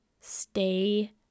stay